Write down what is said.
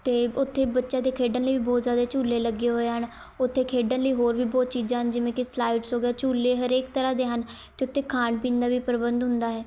ਅਤੇ ਉੱਥੇ ਬੱਚਿਆਂ ਦੇ ਖੇਡਣ ਲਈ ਵੀ ਬਹੁਤ ਜ਼ਿਆਦਾ ਝੂਲੇ ਲੱਗੇ ਹੋਏ ਹਨ ਉੱਥੇ ਖੇਡਣ ਲਈ ਹੋਰ ਵੀ ਬਹੁਤ ਚੀਜ਼ਾਂ ਹਨ ਜਿਵੇਂ ਕਿ ਸਲਾਈਡਸ ਹੋ ਗਏ ਝੂਲੇ ਹਰੇਕ ਤਰ੍ਹਾਂ ਦੇ ਹਨ ਅਤੇ ਉੱਥੇ ਖਾਣ ਪੀਣ ਦਾ ਵੀ ਪ੍ਰਬੰਧ ਹੁੰਦਾ ਹੈ